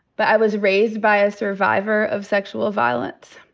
but i was raised by a survivor of sexual violence.